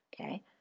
okay